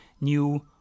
new